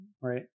right